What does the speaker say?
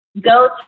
go